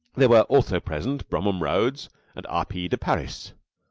there were also present bromham rhodes and r. p. de parys,